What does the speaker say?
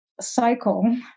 cycle